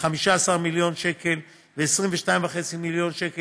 ב-15 מיליון שקל ו-22.5 מיליון שקל,